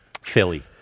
Philly